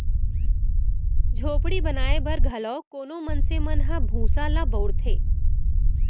झोपड़ी बनाए बर घलौ कोनो मनसे मन ह भूसा ल बउरथे